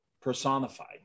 personified